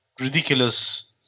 ridiculous